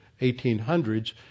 1800s